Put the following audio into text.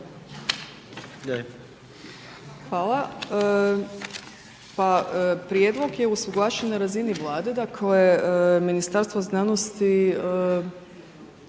Hvala. Prijedlog je usuglašen na razini Vlade, dakle Ministarstvo znanosti